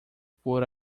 por